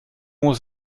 muss